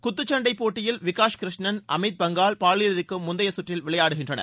குத்துச்சண்டை போட்டியில் விக்காஷ் கிருஷ்ணன் அமித் பங்கால் காலிறுதிக்கு முந்தைய சுற்றில் விளையாடுகின்றனர்